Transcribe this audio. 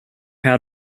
out